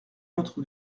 notre